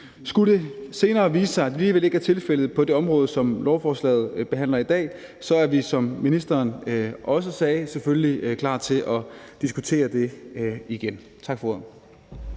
Skulle det senere vise sig, at det alligevel ikke er tilfældet på det område, som lovforslaget handler om i dag, er vi, som ministeren også sagde, selvfølgelig klar til at diskutere det igen. Tak for ordet.